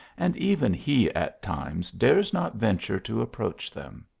and even he at times dares not venture to approach them.